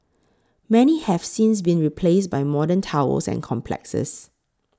many have since been replaced by modern towers and complexes